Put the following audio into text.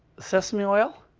sesame oil,